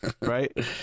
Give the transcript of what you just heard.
Right